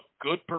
good